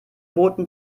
boten